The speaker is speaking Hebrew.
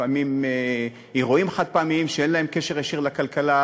לפעמים אירועים חד-פעמיים שאין להם קשר ישיר לכלכלה,